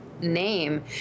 name